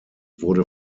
wurde